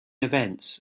events